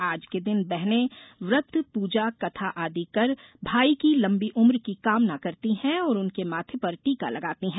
आज के दिन बहनें व्रत पूजा कथा आदि कर भाई की लंबी उम्र की कामना करती हैं और उनके माथे पर टीका लगाती हैं